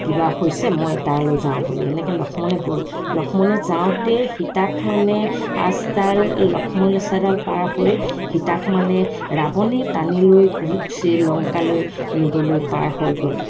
কিবা হৈছে মই তালৈ যাওঁ বুলি এনেকৈ লক্ষ্মণে গ'ল লক্ষ্মণে যাওঁতেই সীতাক মানে আঁচডাল লক্ষ্মণ ৰেখাডাল পাৰ হৈ সীতাক মানে ৰাৱণে টানি লৈ শ্ৰীলংকালৈ নিবলৈ পাৰ হৈ গ'ল